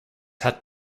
had